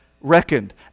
reckoned